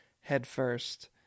headfirst